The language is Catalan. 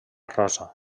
rosa